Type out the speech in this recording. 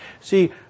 See